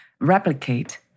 replicate